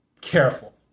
careful